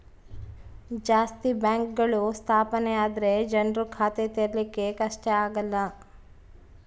ಜಾಸ್ತಿ ಬ್ಯಾಂಕ್ಗಳು ಸ್ಥಾಪನೆ ಆದ್ರೆ ಜನ್ರು ಖಾತೆ ತೆರಿಯಕ್ಕೆ ಕಷ್ಟ ಆಗಲ್ಲ